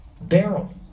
barrel